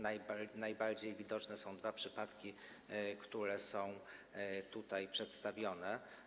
Najbardziej widoczne są dwa przypadki, które są tutaj przedstawione.